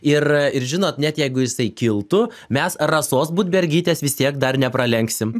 ir ir žinot net jeigu jisai kiltų mes rasos budbergytės vis tiek dar nepralenksim